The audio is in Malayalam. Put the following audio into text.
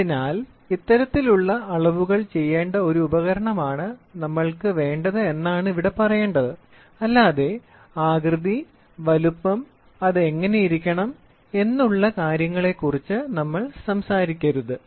അതിനാൽ ഇത്തരത്തിലുള്ള അളവുകൾ ചെയ്യേണ്ട ഒരു ഉപകരണമാണ് നമ്മൾക്ക് വേണ്ടത് എന്നാണ് ഇവിടെ പറയേണ്ടത് അല്ലാതെ ആകൃതി വലുപ്പം അത് എങ്ങനെയിരിക്കണം എന്നുള്ള കാര്യങ്ങളെക്കുറിച്ച് നമ്മൾ സംസാരിക്കരുത്